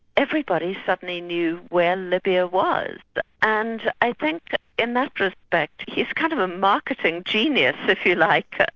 everybody suddenly knew where libya was. and i think in that respect, he's kind of a marketing genius, if you like.